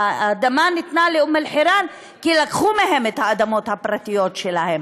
האדמה ניתנה לאום-אלחיראן כי לקחו מהם את האדמות הפרטיות שלהם,